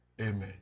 Amen